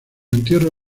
entierro